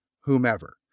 whomever